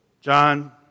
John